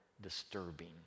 disturbing